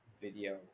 video